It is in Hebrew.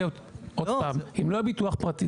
עוד פעם, אם לא יהיה ביטוח פרטי.